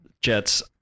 Jets